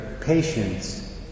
patience